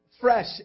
fresh